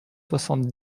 soixante